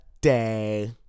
day